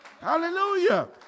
Hallelujah